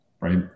right